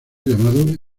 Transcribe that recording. llamado